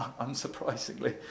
unsurprisingly